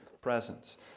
presence